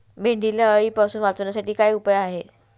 भेंडीला अळीपासून वाचवण्यासाठी काय उपाय आहे?